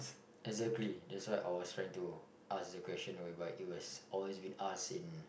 exactly that's why I was trying to ask the question but it was always been asked in